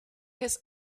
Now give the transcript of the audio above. his